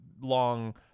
long